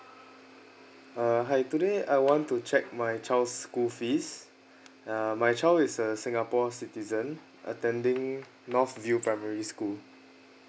uh hi today I want to check my child's school fees uh my child is a singapore citizen attending north view primary school